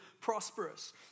prosperous